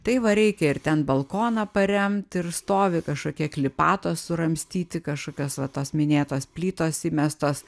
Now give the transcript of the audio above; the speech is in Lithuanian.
tai va reikia ir ten balkoną paremt ir stovi kažkokie klipatos suramstyti kažkokios va tos minėtos plytos įmestos